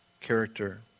character